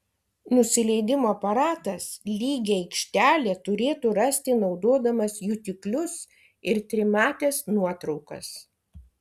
nusileidimo aparatas lygią aikštelę turėtų rasti naudodamas jutiklius ir trimates nuotraukas